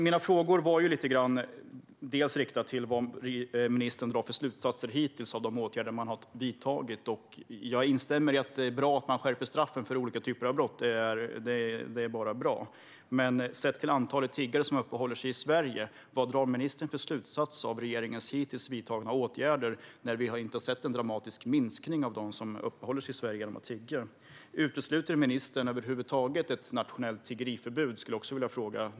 Mina frågor var inriktade på vilka slutsatser ministern drar av de åtgärder man har vidtagit hittills. Jag instämmer i att det är bra att man skärper straffen för olika typer av brott. Det är bara bra. Men vilka slutsatser drar ministern av regeringens hittills vidtagna åtgärder, sett till antalet tiggare som uppehåller sig i Sverige? Vi har ju inte sett någon dramatisk minskning av dem som uppehåller sig i Sverige för att tigga. Utesluter ministern ett nationellt tiggeriförbud över huvud taget?